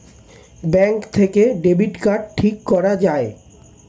bank থেকে debit card ঠিক করা যায়